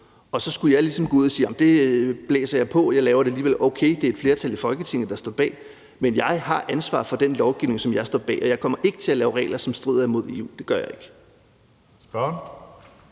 så skulle jeg ligesom gå ud at sige, at det blæser jeg på, og at jeg laver det alligevel. Okay, der ville være et flertal i Folketinget, der stod bag det, men jeg har ansvaret for den lovgivning, som jeg står bag, og jeg kommer ikke til at lave regler, som strider imod EU's regler. Det gør jeg ikke. Kl.